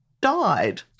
died